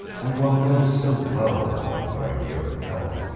and one knows so well the popular idea of health.